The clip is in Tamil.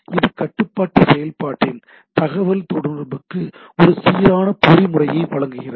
இது கட்டுப்பாட்டு செயல்பாட்டின் தகவல்தொடர்புக்கு ஒரு சீரான பொறிமுறையை வழங்குகிறது